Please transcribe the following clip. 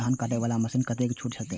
धान कटे वाला मशीन पर कतेक छूट होते?